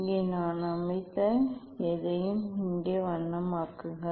இங்கே நான் அமைத்த எதையும் இங்கே வண்ணமாக்குங்கள்